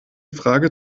frage